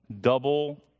double